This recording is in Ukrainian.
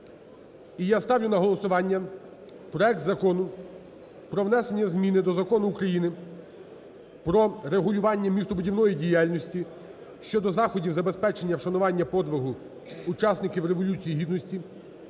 я ставлю на голосування проект Закону про внесення про регулювання містобудівної діяльності щодо заходів забезпечення вшанування подвигу учасників Революції Гідності